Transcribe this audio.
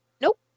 Nope